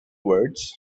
words